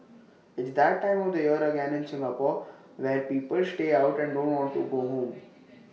it's that time of the year again in Singapore where people stay out and don't want to go home